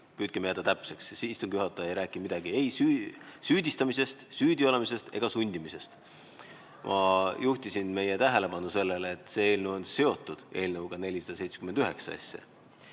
püüdkem jääda täpseks. Istungi juhataja ei rääkinud midagi ei süüdistamisest, süüdi olemisest ega sundimisest. Ma juhtisin meie tähelepanu sellele, et see eelnõu on seotud eelnõuga 479.